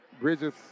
Bridges